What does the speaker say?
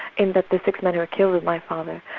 and that the six men who were killed with my father,